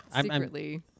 Secretly